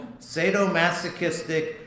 sadomasochistic